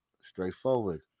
Straightforward